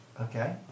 Okay